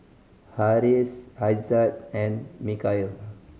Harris Aizat and Mikhail